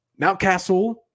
Mountcastle